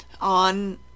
On